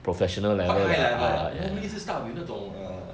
quite high level leh normally 是 start with 那种 uh